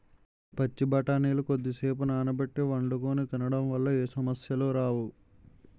పచ్చి బఠానీలు కొద్దిసేపు నానబెట్టి వండుకొని తినడం వల్ల ఏ సమస్యలు రావు